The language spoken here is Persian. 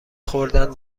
خوردن